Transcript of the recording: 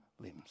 limbs